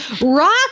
Rock